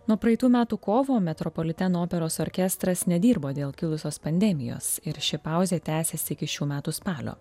nuo praeitų metų kovo metropoliteno operos orkestras nedirbo dėl kilusios pandemijos ir ši pauzė tęsėsi iki šių metų spalio